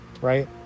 right